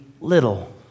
little